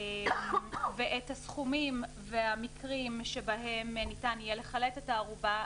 ואת הסכומים והמקרים שבהם יהיה ניתן לחלט את הערובה,